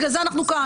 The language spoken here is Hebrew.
בגלל זה אנחנו כאן.